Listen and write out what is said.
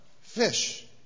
fish